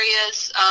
areas